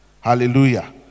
hallelujah